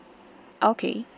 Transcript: okay